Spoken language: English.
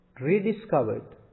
rediscovered